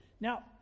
Now